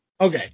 Okay